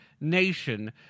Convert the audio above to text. nation